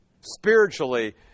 spiritually